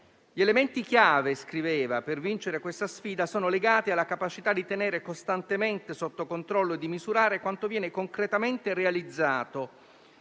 Gli elementi chiave per vincere questa sfida sono legati alla capacità di tenere costantemente sotto controllo e di misurare quanto viene concretamente realizzato